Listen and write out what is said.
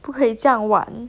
不可以这样晚